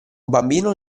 bambino